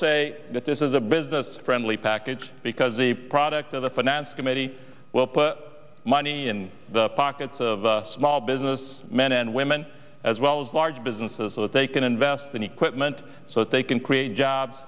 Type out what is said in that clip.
say that this is a business friendly package because the product of the finance committee will put money in the pockets of small business men and women as well as large businesses so that they can invest in equipment so that they can create jobs